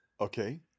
Okay